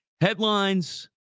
headlines